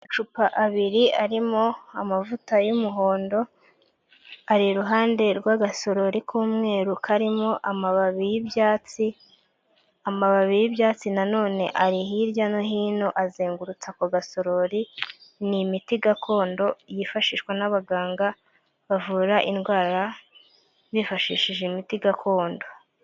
Amacupa abiri arimo amavuta y'umuhondo ari iruhande rw'agasorori k'umweru karimo amababi y'ibyatsi, amababi y'ibyatsi nanone ari hirya no hino azengutse ako gasorori n'imiti gakondo yifashishwa n'abaganga bavura indwara bifashishije imiti gakondo.